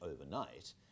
overnight